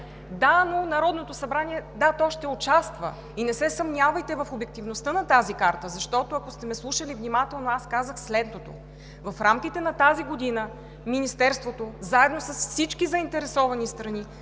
да, но Народното събрание – да, то ще участва и не се съмнявайте в обективността на тази карта, защото, ако сте ме слушали внимателно, аз казах следното, че в рамките на тази година Министерството заедно с всички заинтересовани страни,